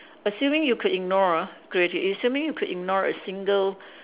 assuming you could ignore ah assuming you could ignore a single